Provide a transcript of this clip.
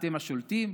אתם השולטים,